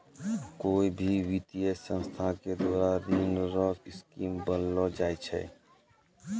कोय भी वित्तीय संस्था के द्वारा ऋण रो स्कीम बनैलो जाय छै